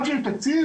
גם כשיש תקציב,